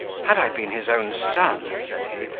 had i been his own son, said he,